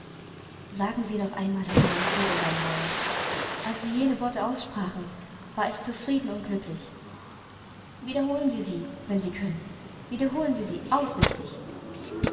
sagen sie noch einmal daß sie mein bruder sein wollen als sie jene worte aussprachen war ich zufrieden und glücklich wiederholen sie sie wenn sie können wiederholen sie sie aufrichtig